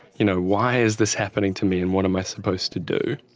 you know, why is this happening to me and what am i supposed to do?